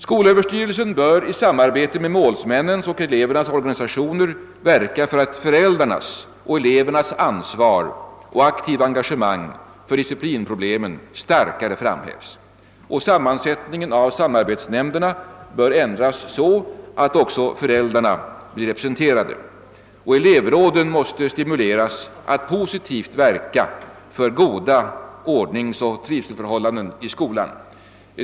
Skolöverstyrelsen bör i samarbete med målsmännens och elevernas organisationer verka för att föräldrarnas och elevernas ansvar och aktiva engagemang för disciplinproblemen starkare framhävs. Sammansättningen av samarbetsnämnderna bör ändras så att också föräldrarna blir representerade. Elevråden måste stimuleras att positivt verka för goda ordningsoch trivselförhållanden i skolan.